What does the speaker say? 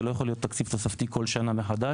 זה לא יכול להיות תקציב תוספתי כל שנה מחדש.